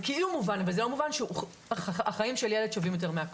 זה כאילו מובן אבל זה לא מובן שהחיים של ילד שווים יותר מהכל.